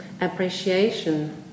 appreciation